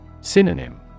Synonym